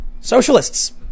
Socialists